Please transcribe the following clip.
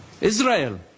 Israel